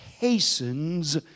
hastens